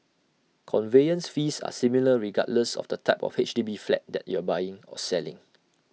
conveyance fees are similar regardless of the type of H D B flat that you are buying or selling